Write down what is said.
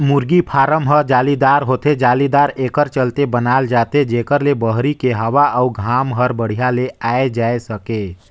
मुरगी फारम ह जालीदार होथे, जालीदार एकर चलते बनाल जाथे जेकर ले बहरी के हवा अउ घाम हर बड़िहा ले आये जाए सके